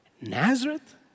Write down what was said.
Nazareth